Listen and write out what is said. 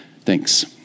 Thanks